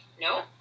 No